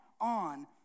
on